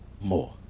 more